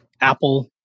Apple